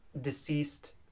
deceased